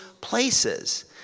places